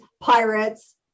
pirates